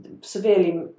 severely